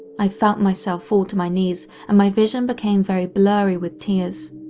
i felt myself fall to my knees and my vision became very blurry with tears.